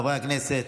חברי הכנסת,